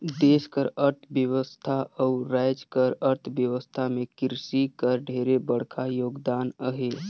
देस कर अर्थबेवस्था अउ राएज कर अर्थबेवस्था में किरसी कर ढेरे बड़खा योगदान अहे